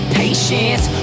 patience